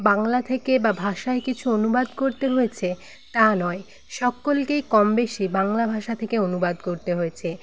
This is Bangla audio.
বাংলা থেকে বা ভাষায় কিছু অনুবাদ করতে হয়েছে তা নয় সক্কলকেই কম বেশি বাংলা ভাষা থেকে অনুবাদ করতে হয়েছে